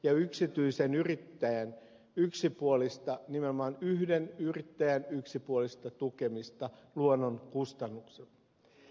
ja yksityisen yrittäjän yksipuolista nimenomaan yhden yrittäjän yksipuolista tukemista luonnon kustannuksella